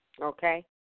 Okay